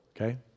Okay